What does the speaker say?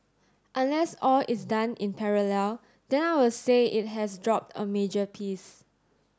unless all is done in parallel then I will say it has dropped a major piece